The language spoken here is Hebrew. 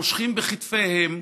מושכים בכתפיהם,